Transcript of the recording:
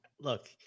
look